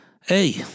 Hey